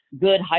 good